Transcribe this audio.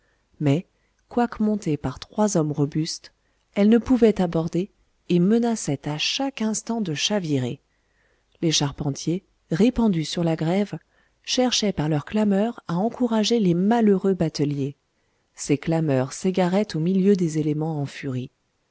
mais quoique montée par trois hommes robustes elle ne pouvait aborder et menaçait à chaque instant de chavirer les charpentiers répandus sur la grève cherchaient par leurs clameurs à encourager les malheureux bateliers ces clameurs s'égaraient au milieu des éléments en furie